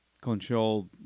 control